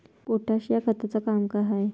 Potash या खताचं काम का हाय?